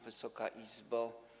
Wysoka Izbo!